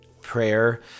prayer